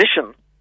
position